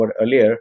earlier